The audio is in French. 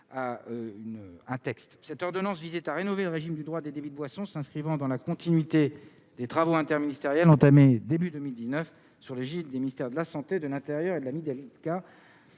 cette ordonnance visait à rénover le régime du droit des débits de boissons, s'inscrivant dans la continuité des travaux interministériels entamée début 2019 sur l'égide des ministères de la Santé, de l'Intérieur et de la mi-délicat.